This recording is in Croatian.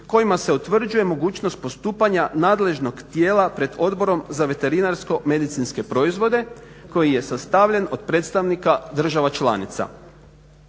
kojima se utvrđuje mogućnost postupanja nadležnog tijela pred Odborom za veterinarsko-medicinske proizvode koji je sastavljen od predstavnika država članica.